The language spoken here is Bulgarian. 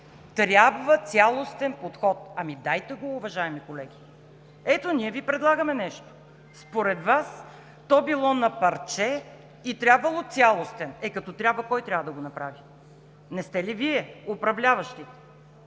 трябва цялостен подход. Дайте го, уважаеми колеги! Ето, ние Ви предлагаме нещо. Според Вас то било на парче и трябвало цялостен… Като трябва, кой трябва да го направи? Не сте ли Вие управляващите?